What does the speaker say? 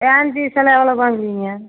van fees எல்லாம் எவ்வளோ வாங்குறீங்க